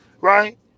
right